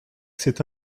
cette